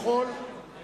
יכול